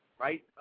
right